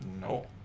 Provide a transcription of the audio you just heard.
no